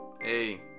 hey